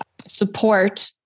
support